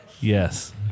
Yes